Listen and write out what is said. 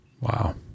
Wow